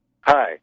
Hi